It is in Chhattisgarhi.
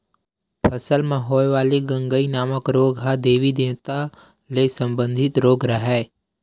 फसल म होय वाले गंगई नामक रोग ह देबी देवता ले संबंधित रोग हरय